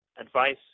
advice